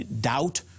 Doubt